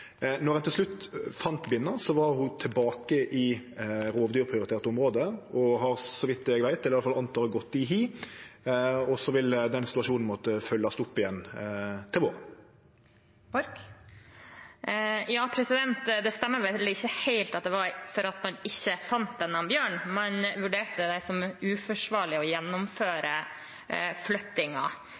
har så vidt eg veit eller i alle fall antar, gått i hi. Så den situasjonen vil måtte følgjast opp igjen til våren. Det stemmer vel ikke helt at det var fordi man ikke fant denne bjørnen, at man vurderte det som uforsvarlig å gjennomføre